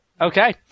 Okay